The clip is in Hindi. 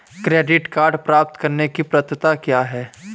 क्रेडिट कार्ड प्राप्त करने की पात्रता क्या है?